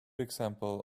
example